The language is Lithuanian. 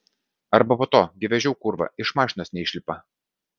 arba po to gi vežiau kurva iš mašinos neišlipa